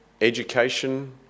education